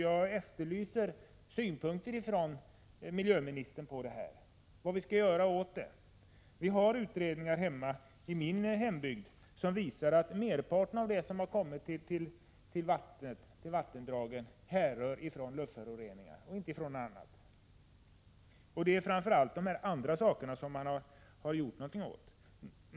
Jag efterlyser synpunkter från miljöministern om vad vi skall göra åt det. I min hembygd finns det utredningar som visar att merparten av de föroreningar som finns i vatten härrör från luftföroreningar — inte från något annat. Men det är framför allt de andra föroreningarna som har åtgärdats.